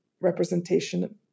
representation